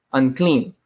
unclean